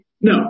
no